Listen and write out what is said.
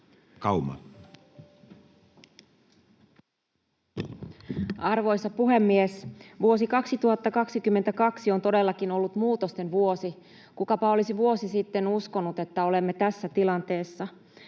Arvoisa puhemies! Vuosi 2022 on todellakin ollut muutosten vuosi. Kukapa olisi vuosi sitten uskonut, että olemme tässä tilanteessa?